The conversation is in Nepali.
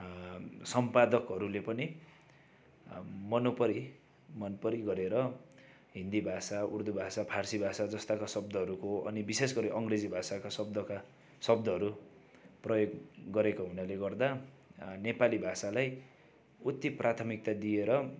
सम्पादकहरूले पनि मोनोपली मनपरी गरेर हिन्दी भाषा उर्दू भाषा फारसी भाषा जस्ता शब्दहरूको अनि विशेष गरी अङ्ग्रेजी भाषाका शब्दका शब्दहरू प्रयोग गरेको हुनाले गर्दा नेपाली भाषालाई उति प्राथमिकता दिएर